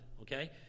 Okay